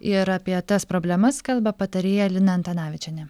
ir apie tas problemas kalba patarėja lina antanavičienė